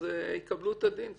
אז יקבלו את הדין,